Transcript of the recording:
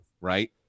Right